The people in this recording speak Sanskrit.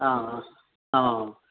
आ आम् आम्